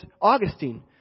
Augustine